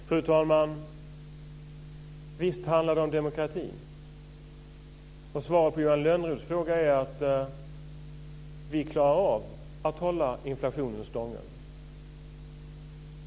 Fru talman! Visst handlar det om demokratin. Svaret på Johan Lönnroths fråga är att vi klarar av att hålla inflationen stången.